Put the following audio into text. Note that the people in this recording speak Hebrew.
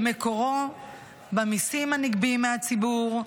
שמקורו במיסים הנגבים מהציבור,